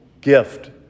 gift